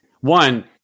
one